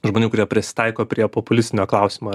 žmonių kurie prisitaiko prie populistinio klausimo